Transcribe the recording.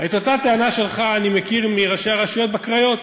את אותה טענה שלך אני מכיר מראשי הרשויות בקריות,